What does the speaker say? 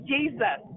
Jesus